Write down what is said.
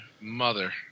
mother